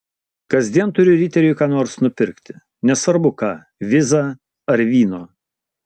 kasdien turiu riteriui ką nors nupirkti nesvarbu ką vizą ar vyno